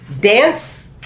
dance